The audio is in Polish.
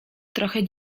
trochę